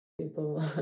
people